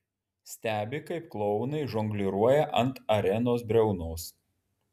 stebi kaip klounai žongliruoja ant arenos briaunos